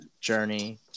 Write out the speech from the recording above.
journey